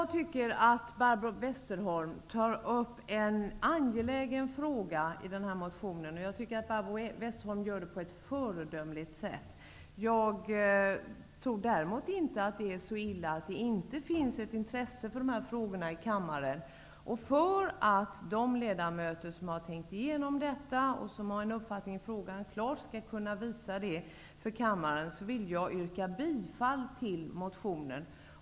Herr talman! Barbro Westerholm tar upp en angelägen fråga i denna motion, och hon gör det på ett föredömligt sätt. Jag tror däremot inte att det är så illa att det inte finns ett intresse för dessa frågor här i kammaren. För att de ledamöter som har tänkt igenom detta och som har en uppfattning i frågan skall kunna visa detta, yrkar jag bifall till motionen.